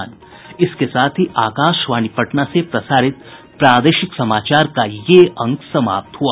इसके साथ ही आकाशवाणी पटना से प्रसारित प्रादेशिक समाचार का ये अंक समाप्त हुआ